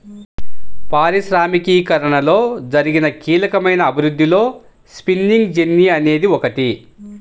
పారిశ్రామికీకరణలో జరిగిన కీలకమైన అభివృద్ధిలో స్పిన్నింగ్ జెన్నీ అనేది ఒకటి